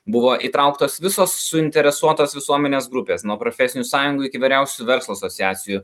buvo įtrauktos visos suinteresuotos visuomenės grupės nuo profesinių sąjungų iki vyriausių verslo asociacijų